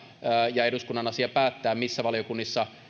ja eduskunnan asia päättää missä valiokunnissa